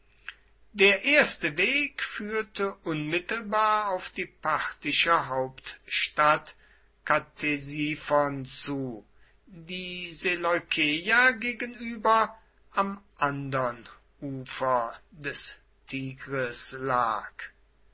der erste weg führte unmittelbar auf die parthische hauptstadt ktesiphon zu die seleukeia gegenüber am andern ufer des tigris lag